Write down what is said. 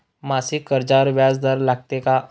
मासिक कर्जावर व्याज दर लागतो का?